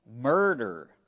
Murder